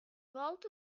vault